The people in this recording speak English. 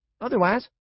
Otherwise